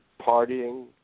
partying